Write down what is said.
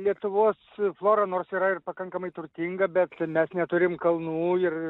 lietuvos flora nors yra ir pakankamai turtinga bet mes neturim kalnų ir